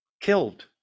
killed